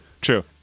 true